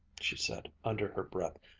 she said under her breath,